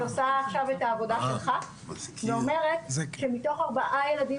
עושה עכשיו את העבודה שלך ואומרת שמתוך ארבעה ילדים